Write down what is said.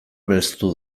belztu